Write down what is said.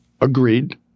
agreed